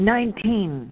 Nineteen